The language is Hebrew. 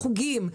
מחוגים,